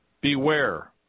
Beware